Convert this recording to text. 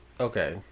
okay